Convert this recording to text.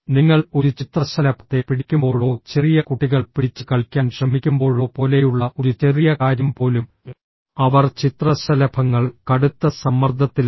നിങ്ങൾ ഒരു ചിത്രശലഭത്തെ പിടിക്കുമ്പോഴോ ചെറിയ കുട്ടികൾ പിടിച്ച് കളിക്കാൻ ശ്രമിക്കുമ്പോഴോ പോലെയുള്ള ഒരു ചെറിയ കാര്യം പോലും അവർ ചിത്രശലഭങ്ങൾ കടുത്ത സമ്മർദ്ദത്തിലാണ്